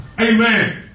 Amen